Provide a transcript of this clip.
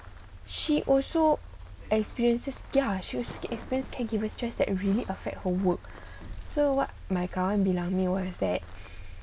she also experiences ya she was experience caregiver stress that really affect her work so what my kawan bilang me was that